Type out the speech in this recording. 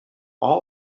all